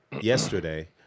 yesterday